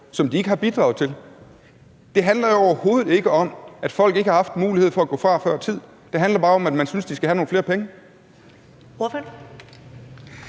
som de ikke har bidraget til. Det handler jo overhovedet ikke om, at folk ikke har haft mulighed for at gå fra før tid. Det handler bare om, at man synes, de skal have nogle flere penge. Kl.